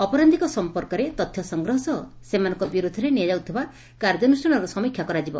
ଅପରାଧୀଙ୍କ ସଂପର୍କରେ ତଥ୍ୟ ସଂଗ୍ରହ ସହ ସେମାନଙ୍କ ବିରୋଧରେ ନିଆଯାଉଥିବା କାର୍ଯ୍ୟାନୁଷ୍ଠାନର ସମୀକ୍ଷା କରାଯିବ